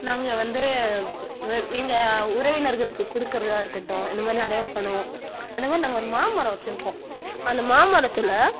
நாங்கள் வந்து எங்கள் உறவினர்களுக்கு கொடுக்கறதா இருக்கட்டும் இந்த மாதிரி நிறையா பண்ணுவோம் அதேமாதிரி நாங்கள் வந் மாமரம் வச்சிருக்கோம் அந்த மாமரத்தில்